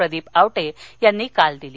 प्रदीप आवटे यांनी दिली